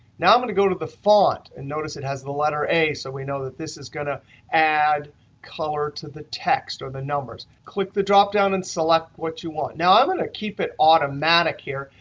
now i'm going to go to the font. and notice it has the letter a, so we know that this is going to add color to the text or the numbers. click the dropdown and select what you want. now, i'm going to keep it automatic here,